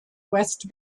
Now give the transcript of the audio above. west